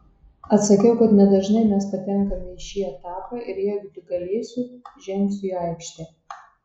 atsakiau kad nedažnai mes patenkame į šį etapą ir jeigu tik galėsiu žengsiu į aikštę